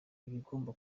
ibigomba